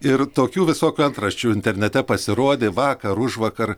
ir tokių visokių antraščių internete pasirodė vakar užvakar